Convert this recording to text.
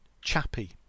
Chappy